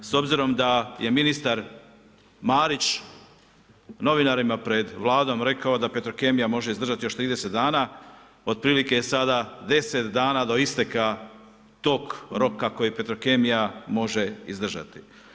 S obzirom da je ministar Marić novinarima pred Vladom rekao da Petrokemija može izdržati još 30 dana, otprilike je sada 10 dana do isteka tog roka koji Petrokemija može izdržati.